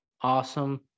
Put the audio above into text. awesome